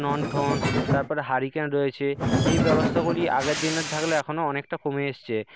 লণ্ঠন তারপরে হারিকেন রয়েছে এই ব্যবস্থাগুলি আগের দিনের থাকলে এখনও অনেকটা কমে এসছে